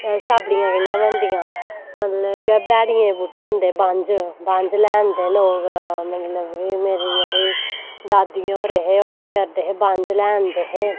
छाबड़ियां कियां बनदियां मतलव जेह्ड़े बैह्ड़ियें बूह्टे होंदे बंज्ज बंज्ज लेआंदे लोग मतलव कि मेरी जेह्ड़ी दादी होर हे ओह् केह् करदे हे बंज्झ लेआंदे हे